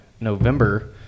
November